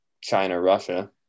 China-Russia